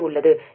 இயக்க புள்ளி 2